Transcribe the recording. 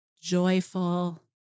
joyful